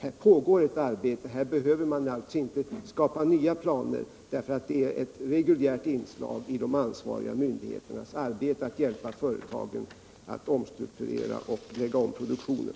Här pågår ett arbete, och man behöver alltså inte skapa nya planer, eftersom det är ett reguljärt inslag i de ansvariga myndigheternas arbete att hjälpa företag att omstrukturera och lägga om produktionen.